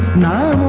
nine